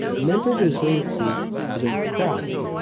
mental resiliency is a craft.